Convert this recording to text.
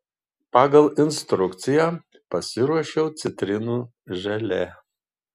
pagal instrukciją pasiruošiau citrinų želė